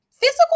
physical